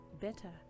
better